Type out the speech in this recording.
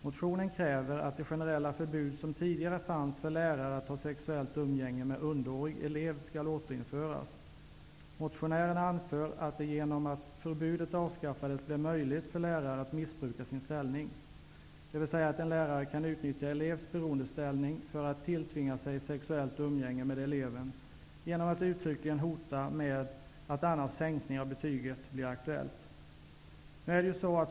Motionärerna kräver att det generella förbud som tidigare fanns för lärare mot att ha sexuellt umgänge med underårig elev skall återinföras. Motionärerna anför att det genom att förbudet avskaffades blev möjligt för lärare att missbruka sin ställning. En lärare kan utnyttja elevs beroendeställning för att tilltvinga sig sexuellt umgänge med eleven, nämligen genom att uttryckligen hota med att sänkning av betyget annars blir aktuell.